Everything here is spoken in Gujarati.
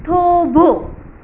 થોભો